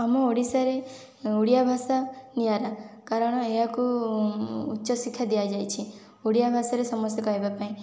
ଆମ ଓଡ଼ିଶାରେ ଓଡ଼ିଆ ଭାଷା ନିଆରା କାରଣ ଏହାକୁ ଉଚ୍ଚ ଶିକ୍ଷା ଦିଆଯାଇଛି ଓଡ଼ିଆ ଭାଷାରେ ସମସ୍ତେ କହିବା ପାଇଁ